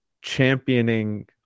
championing